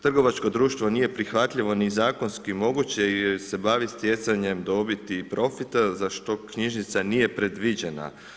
Trgovačko društvo nije prihvatljivo ni zakonski moguće jer se bavi stjecanjem dobiti i profita za što knjižnica nije predviđena.